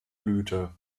blüte